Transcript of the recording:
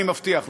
אני מבטיח לכם.